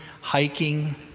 hiking